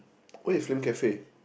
where is Flame-Cafe